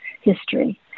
history